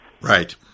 Right